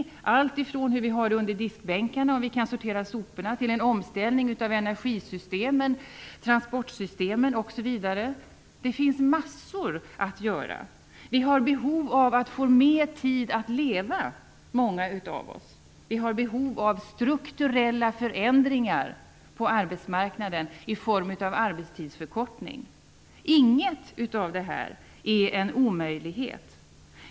Det gäller alltifrån hur vi kan sortera soporna under diskbänkarna till en omställning av energisystemen, transportsystemen osv. Det finns massor att göra. Många av oss har behov av att få mer tid för att leva. Vi har behov av strukturella förändringar på arbetsmarknaden i form av en arbetstidsförkortning.